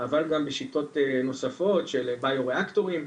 אבל גם בשיטות נוספות של ביו ריאקטורים,